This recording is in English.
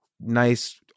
nice